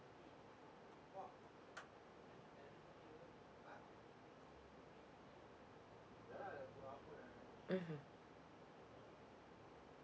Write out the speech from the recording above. mmhmm